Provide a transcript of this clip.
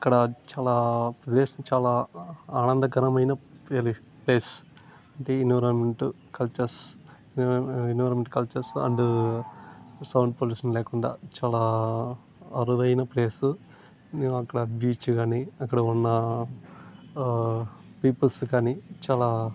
ఇక్కడ చాలా ప్రదేశం చాలా ఆనందకరమైన ఫ్లే ప్లేస్ దీని environment cultures environment cultures and sound pollution లేకుండా చాలా అరుదైన ప్లేసు నేను అక్కడ బీచ్ కానీ అక్కడ ఉన్నా పీపుల్స్ కానీ చాలా